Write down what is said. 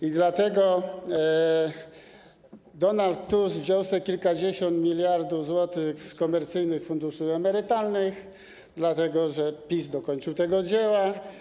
I dlatego Donald Tusk wziął kilkadziesiąt miliardów złotych z komercyjnych funduszy emerytalnych, dlatego PiS dokończył tego dzieła.